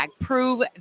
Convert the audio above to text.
Prove